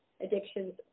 addictions